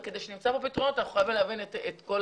אבל כדי שנמצא פה פתרונות אנחנו חייבים להבין את כל